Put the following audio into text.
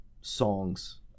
songs